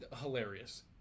hilarious